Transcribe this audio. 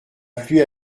pluie